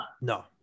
no